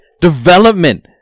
development